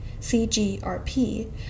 CGRP